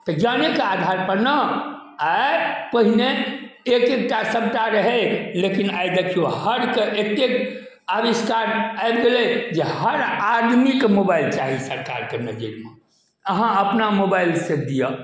ज्ञानेके आधार पर ने आइ पहिने एक एक टा सबटा रहै लेकिन आइ देखियौ हरके एतेक आबिष्कार आबि गेलै जे हर आदमीके मोबाइल चाही सरकारके नजैरमे अहाँ अपना मोबाइल सऽ दिअ